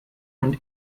und